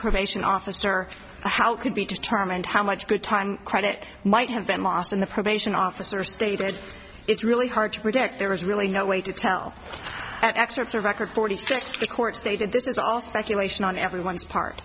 probation officer how could be determined how much good time credit might have been lost in the probation officer stated it's really hard to predict there is really no way to tell and excerpts of record forty six the court stated this is all speculation on everyone's part